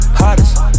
hottest